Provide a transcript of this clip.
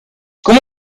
como